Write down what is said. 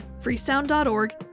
freesound.org